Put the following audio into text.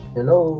Hello